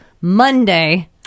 Monday